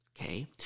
okay